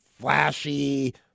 flashy